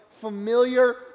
familiar